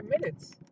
minutes